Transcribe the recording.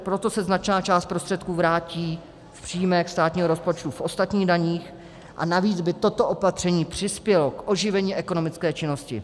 Proto se značná část prostředků vrátí v příjmech státního rozpočtu v ostatních daních, a navíc by toto opatření přispělo k oživení ekonomické činnosti.